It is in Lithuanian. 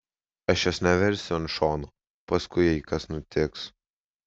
aš jos neversiu ant šono paskui jei kas nutiks